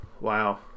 Wow